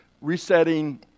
resetting